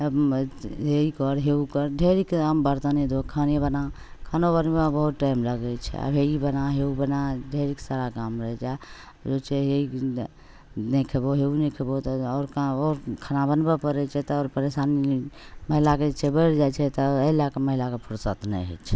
हे ई कर हे ओ कर ढेरिक काम हे बरतने धो खाना बना खाना बनबैओमे बहुत टाइम लगै छै हे ई बना हे ओ बना ढेरिक सारा काम रहै छै हे ई नहि खएबौ हे ओ नहि खएबौ तऽ आओर कहाँ आओर खाना बनबै पड़ै छै तऽ आओर परेशानी महिलाके जे छै बढ़ि जाए छै तऽ एहि लैके महिलाके फुरसति नहि होइ छै